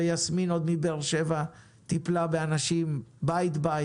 ויסמין פרידמן מבאר שבע טיפלה באנשים בית-בית.